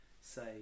say